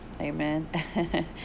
amen